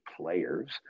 players